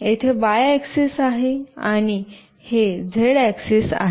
येथे Y axis आहे आणि हे झेड ऍक्सेस आहे